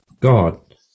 God